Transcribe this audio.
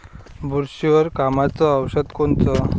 बुरशीवर कामाचं औषध कोनचं?